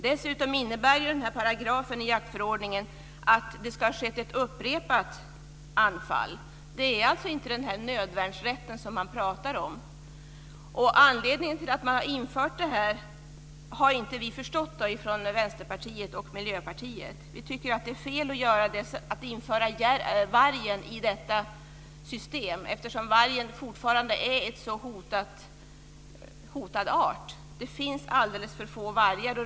Dessutom innebär denna paragraf i jaktförordningen att det ska ha skett ett upprepat anfall. Då föreligger det alltså inte den nödvärnsrätt som man talar om. Anledningen till att man har infört denna rätt har vi från Vänsterpartiet och Miljöpartiet inte förstått. Vi tycker att det är fel att vargen ska omfattas av detta system, eftersom den fortfarande är en så hotad art. Det finns alldeles för få vargar.